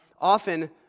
often